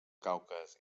caucas